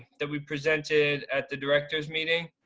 that we presented at the director's meeting?